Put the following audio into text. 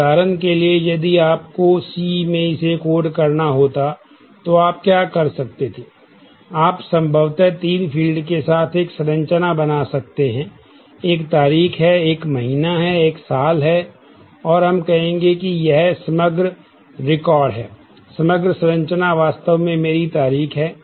उदाहरण के लिए यदि आपको सी है समग्र संरचना वास्तव में मेरी तारीख है